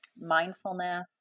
mindfulness